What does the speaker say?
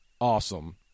awesome